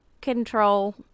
Control